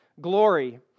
glory